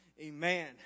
Amen